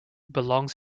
belongs